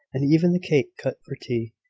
and even the cake cut for tea,